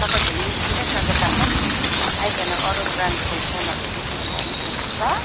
तपाईँ भोलि निस्किनुहोस न दोकानमा आइकन अरू ब्रान्डको फोनहरू हेरिकन लानुस् न ल